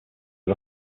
are